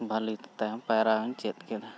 ᱵᱷᱟᱞᱤ ᱛᱟᱭᱚᱢ ᱯᱟᱭᱨᱟ ᱦᱚᱧ ᱪᱮᱫ ᱠᱮᱫᱟ